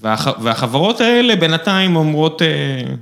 ‫והחברות האלה בינתיים אומרות...